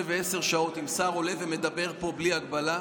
ועשר שעות אם שר עולה ומדבר בלי הגבלה.